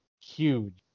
huge